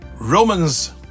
Romans